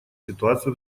ситуацию